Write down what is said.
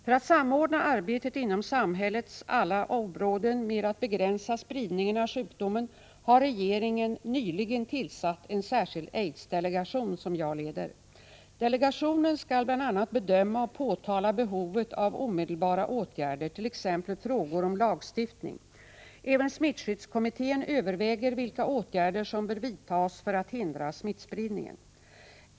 För att samordna arbetet inom samhällets alla områden med att begränsa spridningen av sjukdomen har regeringen nyligen tillsatt en särskild AIDS delegation, som jag leder. Delegationen skall bl.a. bedöma och påtala behovet av omedelbara åtgärder, t.ex. frågor om lagstiftning. Även smittskyddskommittén överväger vilka åtgärder som bör vidtas för att hindra smittspridningen.